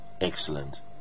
Excellent